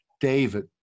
David